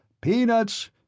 Peanuts